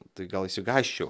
tai gal išsigąsčiau